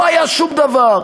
לא היה שום דבר,